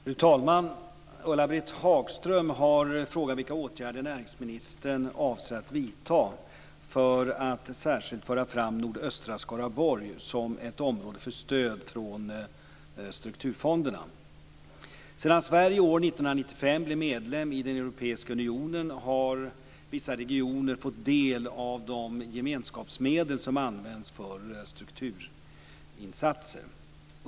Fru talman! Ulla-Britt Hagström har frågat vilka åtgärder näringsministern avser att vidta för att särskilt föra fram nordöstra Skaraborg som ett område för stöd från strukturfonderna. Sedan Sverige år 1995 blev medlem i Europeiska unionen har vissa regioner fått del av de gemenskapsmedel som används för strukturinsatser.